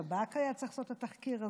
השב"כ היה צריך לעשות את התחקיר הזה,